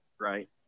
Right